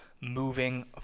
moving